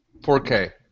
4K